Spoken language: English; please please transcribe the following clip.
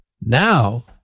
Now